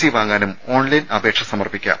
C വാങ്ങാനും online അപേക്ഷ സമർപ്പിക്കാം